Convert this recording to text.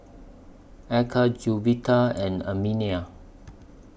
Eka Juwita and anemia